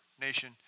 nation